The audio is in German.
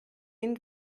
den